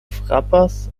frapas